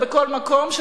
ובכל מקום,